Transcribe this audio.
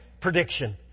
prediction